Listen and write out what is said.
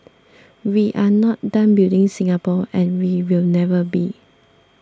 we are not done building Singapore and we will never be